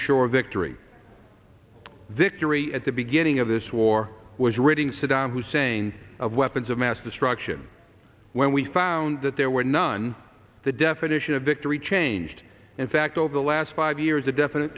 assure victory victory at the beginning of this war was ridding saddam hussein of weapons of mass destruction when we found that there were none the definition of victory changed in fact over the last five years a definite